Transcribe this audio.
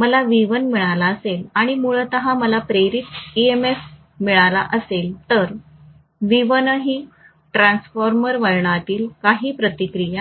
मला V1 मिळाला असेल आणि मूळतः मला प्रेरित ईएमएफ मिळाला असेल तर V1 ही ट्रान्सफॉर्मर वळणातील काही प्रतिकार नाही